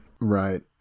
right